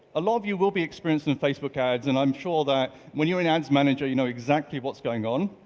a lot of you will be experienced in facebook ads and i'm sure that when you're in ads manager, you know exactly what's going on,